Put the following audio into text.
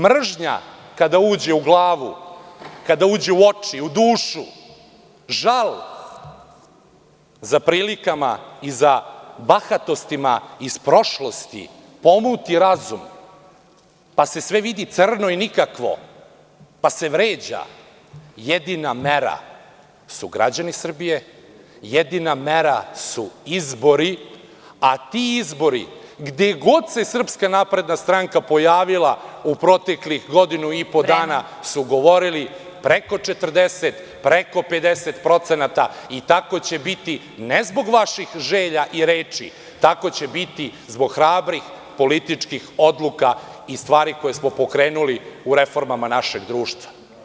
Mržnja kada uđe u glavu, kada uđe u oči, u dušu, žal za prilikama i za bahatostima iz prošlosti pomuti razum pa se sve vidi crno i nikakvo, pa se vređa, jedina mera su građani Srbije, jedina mera su izbori, a ti izbori, gde god se SNS pojavila u proteklih godinu i po dana su govorili – preko 40, preko 50% i tako će biti ne zbog vaših želja i reči, tako će biti zbog hrabrih političkih odluka i stvari koje smo pokrenuli u reformama našeg društva.